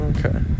Okay